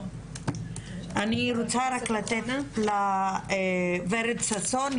אני רוצה לתת את רשות הדיבור לורד ששון,